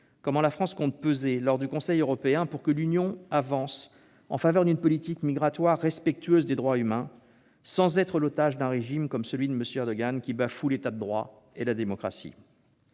comment la France compte-t-elle peser, lors du Conseil européen, pour que l'Union avance en faveur d'une politique migratoire respectueuse des droits humains, sans être l'otage d'un régime comme celui de M. Erdogan, qui bafoue l'État de droit et la démocratie ?